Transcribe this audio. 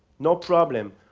no problem,